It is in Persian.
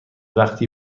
وقتی